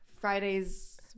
Fridays